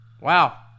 Wow